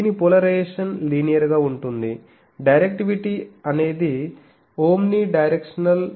దీని polarisation linear గా ఉంటుంది డైరెక్టివిటీ అనేది ఓమ్నిడైరెక్షనల్